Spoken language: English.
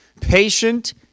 Patient